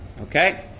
Okay